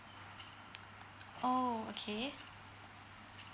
oh okay